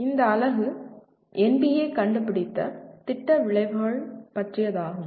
இந்த அலகு என்பிஏ கண்டுபிடித்த திட்ட விளைவுகள் பற்றியதாகும்